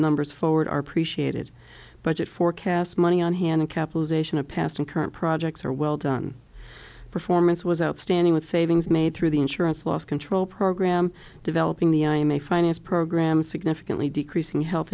numbers forward are appreciated budget forecasts money on hand capitalization of past and current projects or well done performance was outstanding with savings made through the insurance loss control program developing the i am a finance program significantly decreasing health